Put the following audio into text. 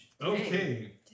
Okay